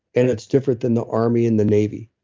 and it's different than the army and the navy,